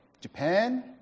Japan